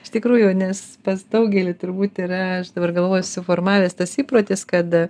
iš tikrųjų nes pas daugelį turbūt yra aš dabar galvoju suformavęs tas įprotis kad